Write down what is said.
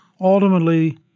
ultimately